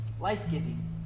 life-giving